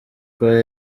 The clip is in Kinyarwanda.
choir